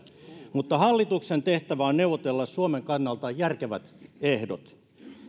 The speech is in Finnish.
tulevat hallituksen tehtävä on neuvotella suomen kannalta järkevät ehdot